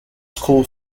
school